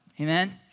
Amen